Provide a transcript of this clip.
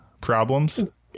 problems